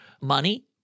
money